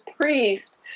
priest